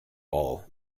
all